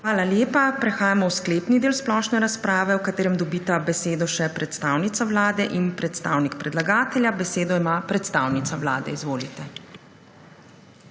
ni nihče. Prehajamo v sklepni del splošne razprave, v katerem dobita besedo še predstavnik Vlade in predstavnica predlagatelja. Besedo ima najprej predstavnik Vlade. Izvolite.